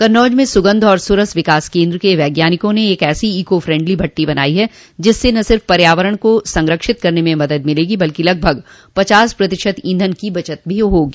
कन्नौज में सुगन्ध और सुरस विकास केन्द्र के वैज्ञानिकों ने एक ऐसी ईको फेंडली भट्ठी बनायी है जिससे न सिफ पर्यावरण को संरक्षित करने में मदद मिलेगी बल्कि लगभग पचास प्रतिशत ईंधन की बचत भी होगी